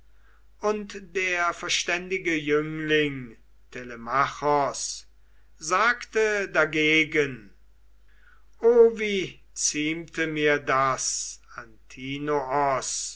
und der verständige jüngling telemachos sagte dagegen o wie ziemte mir das antinoos